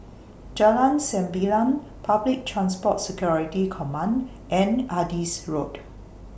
Jalan Sembilang Public Transport Security Command and Adis Road